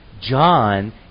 John